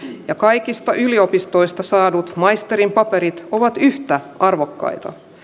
ja kaikista yliopistoista saadut maisterin paperit ovat yhtä arvokkaita